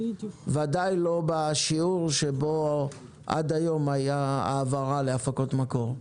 בוודאי לא בשיעור שבו עד היום הייתה העברה להפקות מקור.